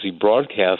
broadcast